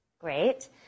Great